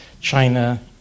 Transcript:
China